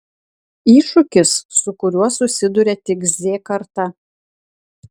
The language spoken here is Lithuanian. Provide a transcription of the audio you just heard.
iššūkis su kuriuo susiduria tik z karta